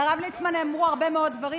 על הרב ליצמן נאמרו הרבה מאוד דברים,